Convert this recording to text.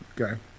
okay